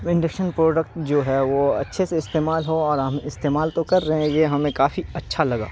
induction product جو ہے وہ اچھے سے استعمال ہوں اور ہم استعمال تو کر رہے ہیں یہ ہمیں کافی اچھا لگا